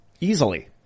Easily